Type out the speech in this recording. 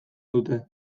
dute